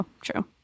true